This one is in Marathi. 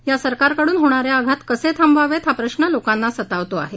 या सरकारकडून होणारे आघात कसे थांबावावेत हा प्रश्न लोकांना सतावतो आहे